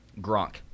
Gronk